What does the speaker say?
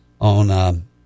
on